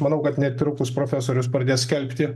manau kad netrukus profesorius pradės skelbti